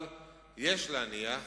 אבל יש להניח